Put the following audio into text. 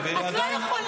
לו.